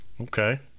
Okay